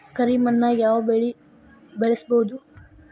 ಕರಿ ಮಣ್ಣಾಗ್ ಯಾವ್ ಬೆಳಿ ಬೆಳ್ಸಬೋದು?